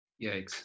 Yikes